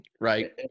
Right